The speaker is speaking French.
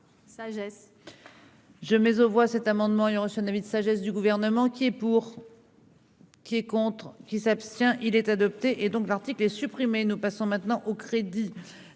Je mais aux voit cet amendement reçu un avis de sagesse du gouvernement qui est pour. Qui est contre qui s'abstient, il est adopté, et donc l'article est supprimé, nous passons maintenant aux crédits